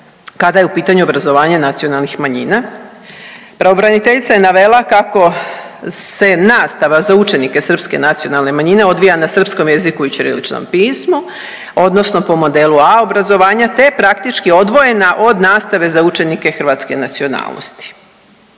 kada je u pitanju obrazovanje nacionalnih manjina. Pravobraniteljica je navela kako se nastava za učenike srpske nacionalne manjine odvija na srpskom jeziku i ćiriličnom pismu odnosno po modelu A obrazovanja te je praktički odvojena od nastave za učenike hrvatske nacionalnosti.